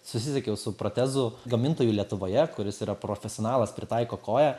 susisiekiau su protezų gamintoju lietuvoje kuris yra profesionalas pritaiko koją